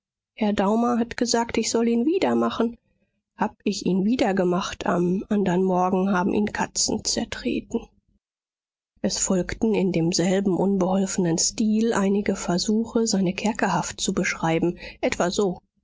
herr daumer hat gesagt ich soll ihn wieder machen hab ich ihn wieder gemacht am andern morgen haben ihn katzen zertreten es folgten in demselben unbeholfenen stil einige versuche seine kerkerhaft zu beschreiben etwa so